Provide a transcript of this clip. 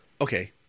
okay